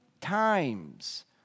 times